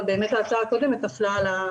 אבל באמת ההצעה הקודמת נפלה על ה